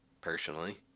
personally